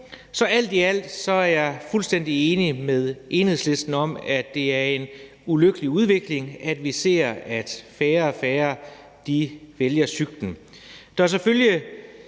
Så alt i alt er jeg fuldstændig enig med Enhedslisten i, at det er en ulykkelig udvikling, at vi ser, at færre og færre vælger cyklen.